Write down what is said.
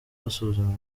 basuzuma